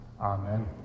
Amen